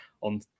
on